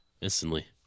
Instantly